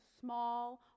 small